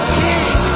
king